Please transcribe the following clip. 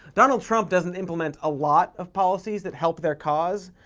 donald trump doesn't implement a lot of policies that help their cause,